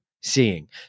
seeing